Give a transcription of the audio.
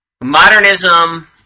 modernism